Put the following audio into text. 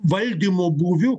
valdymo būviu